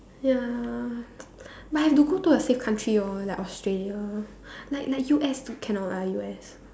ya but I have to go to a safe country lor like Australia like like U_S cannot lah U_S